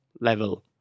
level